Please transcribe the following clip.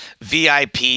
VIP